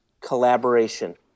collaboration